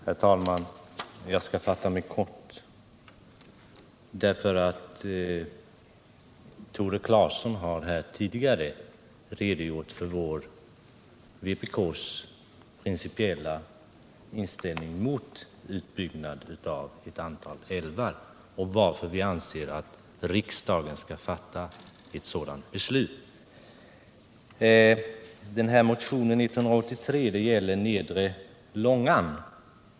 Herr talman! Jag skall fatta mig kort därför att Tore Claeson tidigare har redogjort för vpk:s principiella inställning mot utbyggnad av ett antal älvar och varför vi anser att riksdagen skall fatta ett sådant beslut. Motionen 183 gäller nedre Långan.